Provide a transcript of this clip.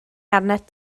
arnat